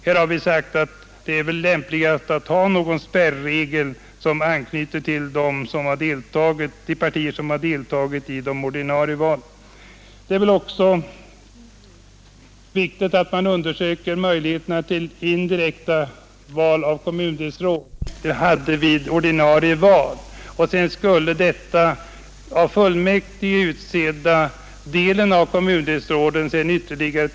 Där har vi sagt att det vore lämpligast att ha någon typ av spärregel som anknyter till de partier som deltagit i de ordinarie valen med viss komplettering. Det är väl också viktigt att man undersöker möjligheterna till indirekta val av kommundelsråd. Enligt den modell som vi har skisserat skulle det lämpligast kunna ske så att eventuellt två tredjedelar av ett kommundelsråd skulle kunna utses av fullmäktige men i så fall enligt de fördelningar över partierna som det område, som kommundelsrådet avser, hade vid ordinarie val.